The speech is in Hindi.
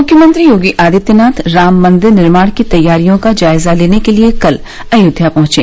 मुख्यमंत्री योगी आदित्यनाथ राम मंदिर निर्माण की तैयारियों का जायजा लेने के लिये कल आयोध्या पहुंचे